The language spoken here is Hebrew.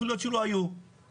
יכול להיות שלא היו פה.